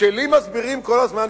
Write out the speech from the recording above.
כשלי מסבירים כל הזמן,